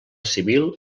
civil